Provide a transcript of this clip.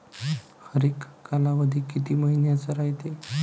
हरेक कालावधी किती मइन्याचा रायते?